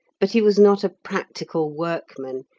but he was not a practical workman,